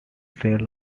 shall